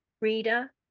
reader